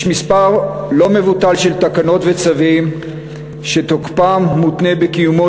יש מספר לא מבוטל של תקנות וצווים שתוקפם מותנה בקיומו